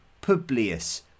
Publius